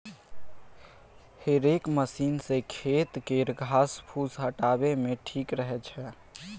हेरेक मशीन सँ खेत केर घास फुस हटाबे मे ठीक रहै छै